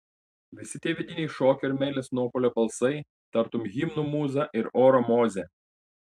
visi tie vidiniai šokio ir meilės nuopuolio balsai tartum himnų mūza ir oro mozė